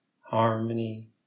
harmony